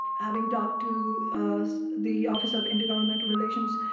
having talked to the office of intergovernmental operations.